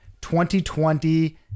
2020